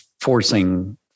forcing